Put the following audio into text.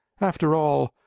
after all,